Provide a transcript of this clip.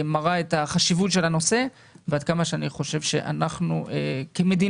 מראה את החשיבות של הנושא ועד כמה שאני חושב שאנחנו כמדינה,